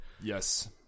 Yes